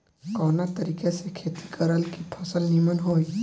कवना तरीका से खेती करल की फसल नीमन होई?